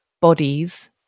bodies